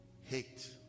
Hate